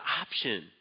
option